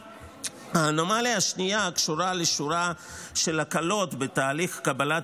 האנומליה השנייה קשורה לשורה של הקלות בתהליך קבלת